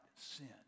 sin